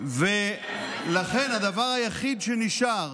לכן הדבר היחיד שנשאר